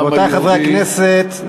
רבותי חברי הכנסת,